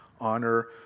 honor